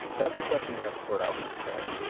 that's a question you have to sort out for yourself.